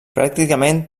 pràcticament